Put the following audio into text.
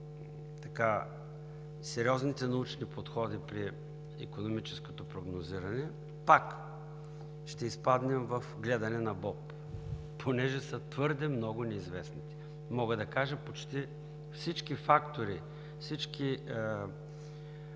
сериозните научни подходи при икономическото прогнозиране, пак ще изпаднем в гледане на боб, понеже са твърде много неизвестните. Мога да кажа – почти всички фактори, всички